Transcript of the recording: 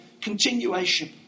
continuation